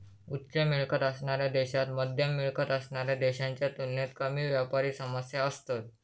उच्च मिळकत असणाऱ्या देशांत मध्यम मिळकत असणाऱ्या देशांच्या तुलनेत कमी व्यापारी समस्या असतत